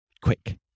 quick